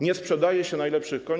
Nie sprzedaje się najlepszych koni.